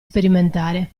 sperimentare